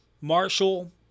Marshall